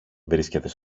βρίσκεται